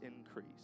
increase